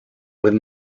with